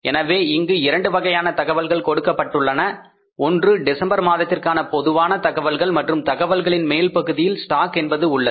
எனவே இங்கு இரண்டு வகையான தகவல்கள் கொடுக்கப்பட்டன ஒன்று டிசம்பர் மாதத்திற்கான பொதுவான தகவல்கள் மற்றும் தகவல்களின் மேல் பகுதியில் ஸ்டாக் என்பது உள்ளது